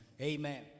Amen